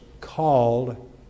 called